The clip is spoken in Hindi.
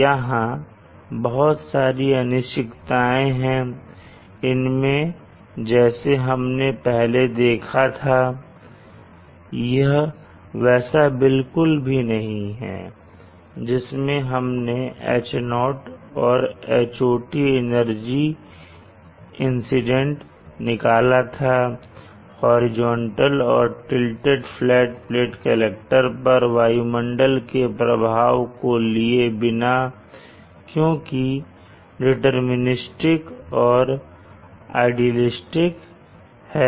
यहां बहुत सारी अनिश्चितता हैं इसमें जैसे हमने पहले देखा था यह वैसा बिल्कुल भी नहीं है जिसमें हमने H0 और Hot एनर्जी इंसिडेंट निकाला था हॉरिजॉन्टल और टिल्टेड फ्लैट प्लेट कलेक्टर पर वायुमंडल के प्रभाव को लिए बिना क्योंकि यह डिटर्मनिस्टिक और आइडीअलिस्टिक है